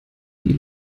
die